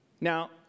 Now